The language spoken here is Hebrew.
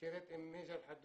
תציגי את עצמך,